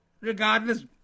regardless